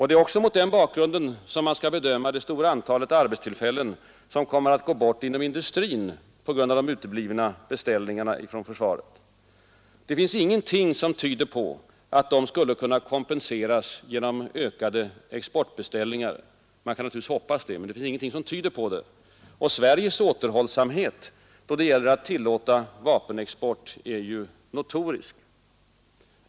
Det är också mot den bakgrunden man skall bedöma det stora antalet arbetstillfällen som kommer att gå bort inom industrin på grund av de uteblivna beställningarna från försvaret. Det finns ingenting som tyder på att de skulle kunna kompenseras genom ökade exportbeställningar. Man kan naturligtvis hoppas det, men det finns ingenting som tyder på det. Och Sveriges återhållsamhet då det gäller att tillåta vapenexport är notorisk.